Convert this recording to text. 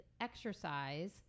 exercise